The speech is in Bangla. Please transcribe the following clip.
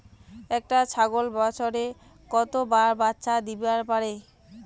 একটা ছাগল বছরে কতবার বাচ্চা দিবার পারে?